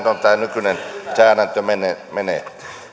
tämä nykyinen säädäntö menee